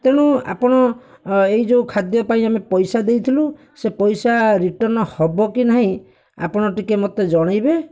ତେଣୁ ଆପଣ ଏଇ ଯେଉଁ ଖାଦ୍ୟ ପାଇଁ ପଇସା ଦେଇଥିଲୁ ସେ ପଇସା ରିଟର୍ନ ହେବ କି ନାହିଁ ଆପଣ ଟିକିଏ ମୋତେ ଜଣେଇବେ